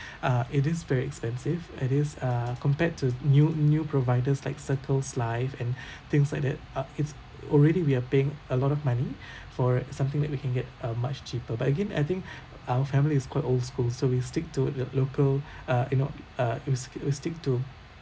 uh it is very expensive it is uh compared to new new providers like Circles Life and things like that uh it's already we are paying a lot of money for something that we can get uh much cheaper but again I think our family is quite old school so we stick to the local uh you know uh we we stick to